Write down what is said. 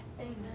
Amen